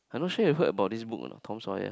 I not sure you heard about this book or not Tom-Sawyer